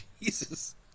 Jesus